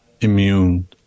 immune